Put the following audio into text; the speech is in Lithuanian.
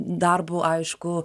darbu aišku